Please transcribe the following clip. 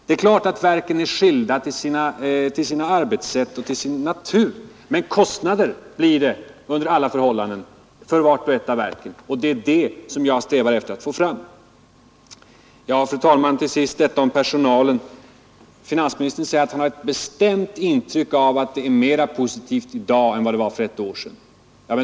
Det är klart att verken är skilda till sitt arbetssätt och till sin natur, men kostnader blir det under alla förhållanden för vart och ett av verken, och det är det som jag strävar efter att få fram. Till sist, fru talman, detta om personalen. Finansministern säger att han har ett bestämt intryck av att den är mera positivt inställd i dag än vad den var för ett år sedan.